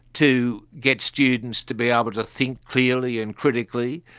to get students to be able to think clearly and critically,